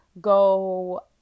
go